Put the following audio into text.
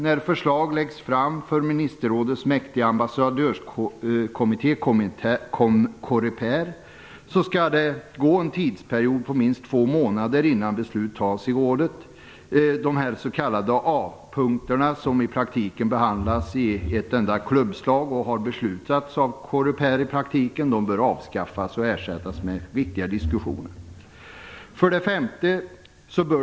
När förslag läggs fram för ministerrådets mäktiga ambassadörskommitté Coreper, skall det gå en tidsperiod på minst två månader innan beslut fattas i rådet. Den s.k. A-punkterna, som i praktiken behandlas med ett enda klubbslag och beslutas av Coreper, bör avskaffas och ersättas med riktiga diskussioner. 5.